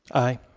aye.